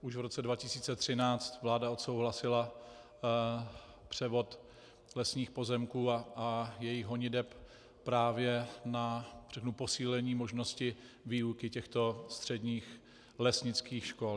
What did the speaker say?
Už v roce 2013 vláda odsouhlasila převod lesních pozemků a jejich honiteb právě na posílení možnosti výuky těchto středních lesnických škol.